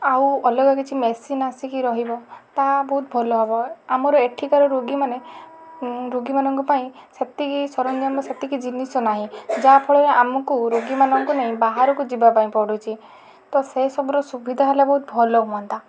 ଆଉ ଅଲଗା କିଛି ମେସିନ୍ ଆସିକି ରହିବ ତା ବହୁତ ଭଲ ହେବ ଆମର ଏଠିକାର ରୋଗୀମାନେ ରୋଗୀମାନଙ୍କ ପାଇଁ ସେତିକି ସରଞ୍ଜାମ ସେତିକି ଜିନିଷ ନାହିଁ ଯାହାଫଳରେ ଆମକୁ ରୋଗୀମାନଙ୍କୁ ନେଇ ବାହାରକୁ ଯିବାପାଇଁ ପଡ଼ୁଛି ତ ସେଇ ସବୁର ସୁବିଧା ହେଲେ ବହୁତ ଭଲ ହୁଅନ୍ତା